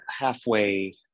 halfway